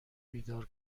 بیدار